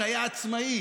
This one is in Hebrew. שהיה עצמאי,